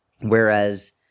Whereas